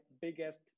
biggest